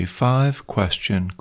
five-question